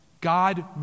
God